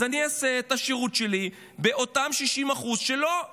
אז אני אעשה את השירות שלי באותם 60% שלא לוחמים.